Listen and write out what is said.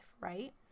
right